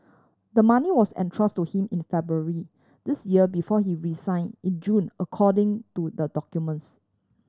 the money was entrust to him in February this year before he resign in June according to the documents